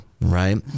Right